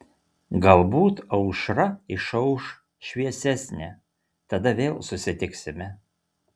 galbūt aušra išauš šviesesnė tada vėl susitiksime